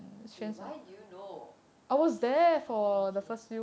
wait why do you know oh okay